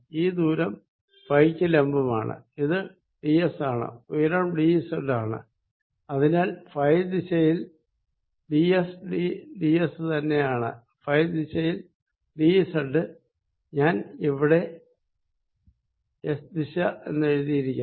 ഈ ദൂരം ഫൈ ക്ക് ലംബമാണ് അത് ഡി എസ ആണ് ഉയരം ഡി സെഡ് ആണ് അതിനാൽ ഫൈ ദിശയിൽ ഡി എസ ഡി എസ് തന്നെയാണ് ഫൈ ദിശയിൽ ഡി സെഡ് ഞാൻ ഇവിടെ എസ് ദിശ എന്നെഴുതിയിരിക്കണം